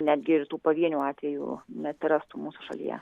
netgi ir tų pavienių atvejų neatsirastų mūsų šalyje